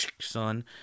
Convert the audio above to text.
Son